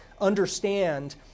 understand